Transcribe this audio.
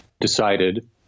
decided